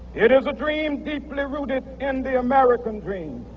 it is a dream deeply rooted in the american dream.